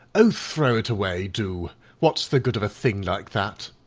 oh, throw it away, do what's the good of a thing like that?